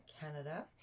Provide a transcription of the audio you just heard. Canada